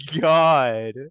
God